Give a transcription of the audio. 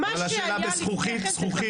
אבל השאלה זכוכית,